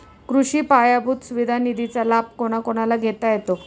कृषी पायाभूत सुविधा निधीचा लाभ कोणाकोणाला घेता येतो?